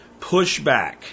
pushback